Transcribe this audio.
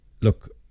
look